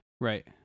Right